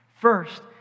First